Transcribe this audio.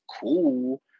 cool